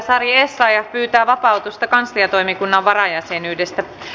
sari essayah pyytää vapautusta kansliatoimikunnan varajäsenyydestä